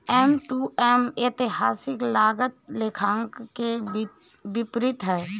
M to M ऐतिहासिक लागत लेखांकन के विपरीत है